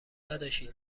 داداشی